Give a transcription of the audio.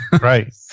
Right